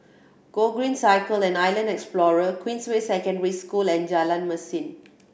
Gogreen Cycle and Island Explorer Queensway Secondary School and Jalan Mesin